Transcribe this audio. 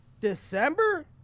December